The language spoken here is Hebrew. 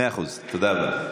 מאה אחוז, תודה רבה.